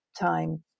time